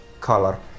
color